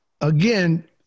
Again